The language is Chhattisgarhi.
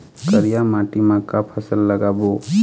करिया माटी म का फसल लगाबो?